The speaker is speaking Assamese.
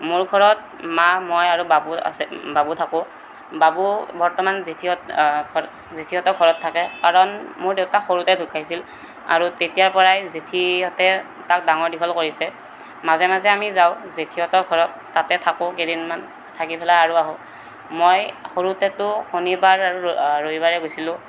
মোৰ ঘৰত মা মই আৰু বাবু আছে বাবু থাকো বাবু বৰ্তমান জেঠীহঁত ঘৰত জেঠীহঁতৰ ঘৰত থাকে কাৰণ মোৰ দেউতা সৰুতে ঢুকাইছিল আৰু তেতিয়াৰপৰাই জেঠীহঁতে তাক ডাঙৰ দীঘল কৰিছে মাজে মাজে আমি যাওঁ জেঠীহঁতৰ ঘৰত তাতে থাকোঁ কেইদিনমান থাকি পেলাই আৰু আহোঁ মই সৰুতে তৌ শনিবাৰ আৰু ৰবিবাৰে গৈছিলোঁ